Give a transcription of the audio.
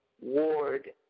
Ward